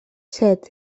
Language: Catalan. set